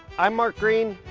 i'm mark greene.